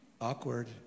Awkward